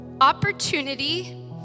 Opportunity